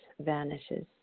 vanishes